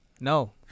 No